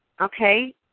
okay